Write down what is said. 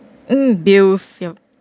uh bills yup